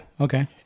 Okay